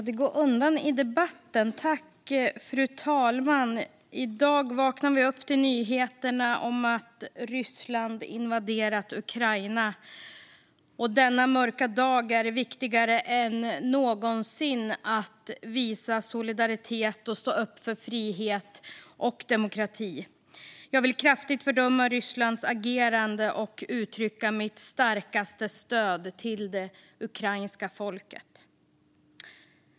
Fru talman! I dag vaknade vi upp till nyheterna om att Ryssland invaderat Ukraina. Denna mörka dag är det viktigare än någonsin att vi visar solidaritet och står upp för frihet och demokrati. Jag vill kraftigt fördöma Rysslands agerande och uttrycka mitt starkaste stöd till det ukrainska folket.